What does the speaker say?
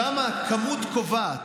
שם הכמות קובעת.